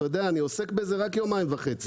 אתה יודע, אני עוסק בזה רק יומיים וחצי...